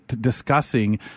discussing